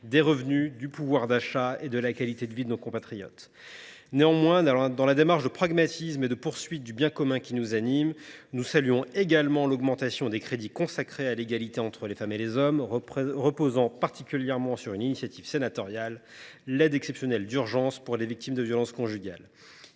des revenus, du pouvoir d’achat et de la qualité de vie de nos compatriotes. Néanmoins, dans la démarche de pragmatisme et de poursuite du bien commun qui nous anime, nous saluons l’augmentation des crédits consacrés à l’égalité entre les femmes et les hommes, reposant particulièrement sur une initiative sénatoriale : l’aide exceptionnelle d’urgence pour les victimes de violences conjugales.